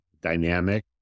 dynamic